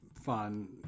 fun